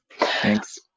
Thanks